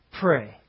pray